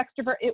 extrovert